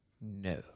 no